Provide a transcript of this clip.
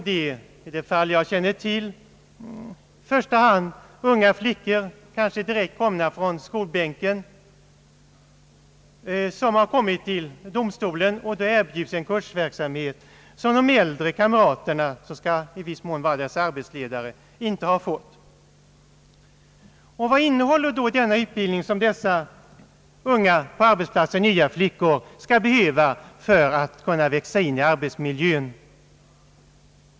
I det fall jag känner till rör det sig i första hand om unga flickor, som kanske kommit direkt från skolbänken till domstolen och erbjudits att gå igenom en kurs, som de äldre kamraterna — vilka i viss mån skall vara deras arbetsledare — inte har fått genomgå. Vad innehåller denna utbildning som dessa unga och på arbetsplatsen nya flickor anses behöva för att kunna växa in i arbetsmiljön?